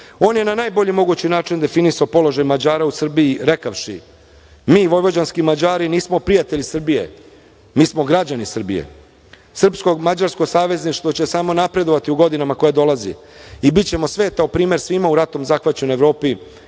je na najbolji mogući način definisao položaj Mađara u Srbiji rekavši: „Mi vojvođanski Mađari nismo prijatelji Srbije, mi smo građani Srbije. Srpsko-mađarsko savezništvo će samo napredovati u godinama koje dolaze i bićemo svetao primer svima u ratom zahvaćenoj Evropi